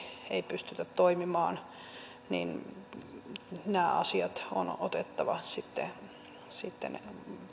ei pystytä toimimaan nämä asiat on otettava sitten sitten